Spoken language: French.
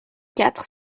quatre